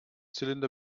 zylinder